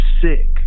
sick